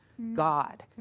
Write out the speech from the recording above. God